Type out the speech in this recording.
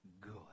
good